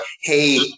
hey